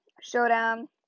Showdown